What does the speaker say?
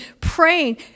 praying